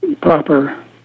proper